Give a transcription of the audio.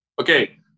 Okay